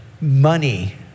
money